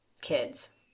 kids